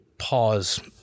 Pause